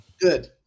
Good